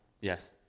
Yes